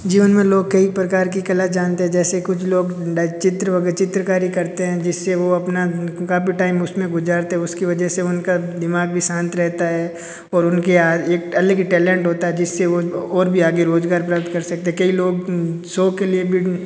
जीवन में लोग कई प्रकार की कला जानते हैं जैसे कुछ लोग चित्र हो गया चित्रकारी करते हैं जिससे वो अपना काफ़ी टाइम उसमें गुजारते उसकी वजह से उनका दिमाग भी शांत रहता है और उनके यहाँ एक अलग ही टैलेंट होता है जिससे वो और भी आगे रोजगार प्राप्त कर सकते कई लोग शौक के लिए भी